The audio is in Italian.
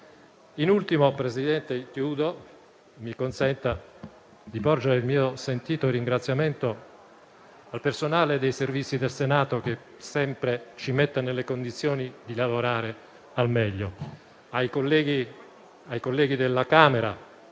In ultimo, signora Presidente, mi consenta di porgere il mio sentito ringraziamento al personale dei servizi del Senato, che ci mette sempre nelle condizioni di lavorare al meglio, a tutti i colleghi della Camera,